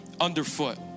underfoot